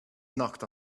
knocked